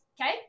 okay